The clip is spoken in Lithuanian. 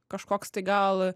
kažkoks tai gal